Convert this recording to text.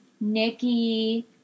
Nikki